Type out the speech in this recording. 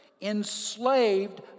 enslaved